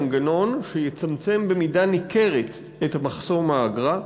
מנגנון שיצמצם במידה ניכרת את מחסום האגרה,